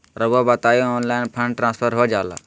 रहुआ बताइए online fund transfer हो जाला?